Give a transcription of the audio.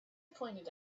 pointed